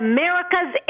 America's